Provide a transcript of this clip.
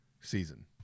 season